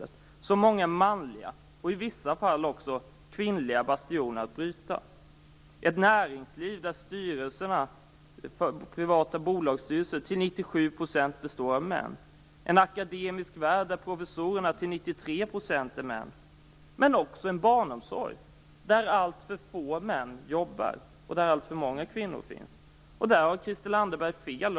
Det finns så många manliga, och i vissa fall också kvinnliga, bastioner att bryta - ett näringsliv där de privata bolagsstyrelserna till 97 % består av män, en akademisk värld där professorerna till 93 % är män, men också en barnomsorg där alltför få män jobbar, och där alltför många kvinnor finns. Christel Anderberg har fel i fråga om detta.